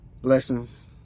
blessings